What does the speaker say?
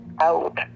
out